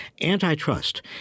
Antitrust